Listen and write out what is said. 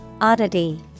Oddity